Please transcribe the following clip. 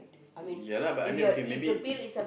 ya lah but I mean okay maybe